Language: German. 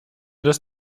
des